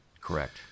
Correct